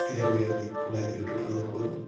এনেকৈ আমি ভোগালী বিহুটো পালন কৰোঁ